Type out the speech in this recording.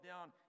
down